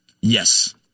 Yes